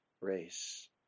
race